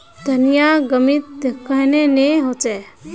धनिया गर्मित कन्हे ने होचे?